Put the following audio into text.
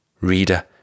Reader